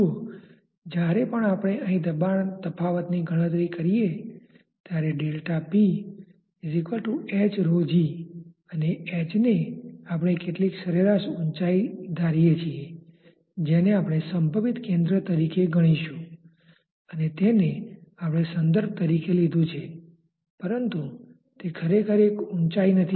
જુઓ જ્યારે પણ આપણે અહીં દબાણ તફાવતની ગણતરી કરીએ ત્યારે અને h ને આપણે કેટલીક સરેરાશ ઉંચાઈ ધારીએ છીએ જેને આપણે સંભવિત કેન્દ્ર તરીકે ગણીશુ અને તેને આપણે સંદર્ભ તરીકે લીધું છે પરંતુ તે ખરેખર એક સમાન ઉંચાઈ નથી